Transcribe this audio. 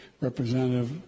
Representative